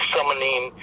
Summoning